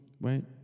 right